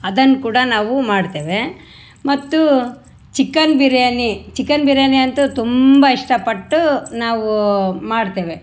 ಅದನ್ನು ಕೂಡ ನಾವು ಮಾಡ್ತೇವೆ ಮತ್ತು ಚಿಕನ್ ಬಿರಿಯಾನಿ ಚಿಕನ್ ಬಿರಿಯಾನಿ ಅಂತು ತುಂಬ ಇಷ್ಟ ಪಟ್ಟು ನಾವೂ ಮಾಡ್ತೇವೆ